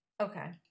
Okay